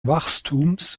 wachstums